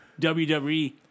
WWE